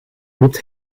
loopt